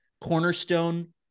cornerstone